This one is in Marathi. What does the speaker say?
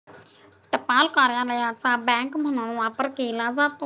टपाल कार्यालयाचा बँक म्हणून वापर केला जातो